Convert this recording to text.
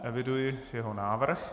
Eviduji jeho návrh.